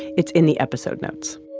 it's in the episode notes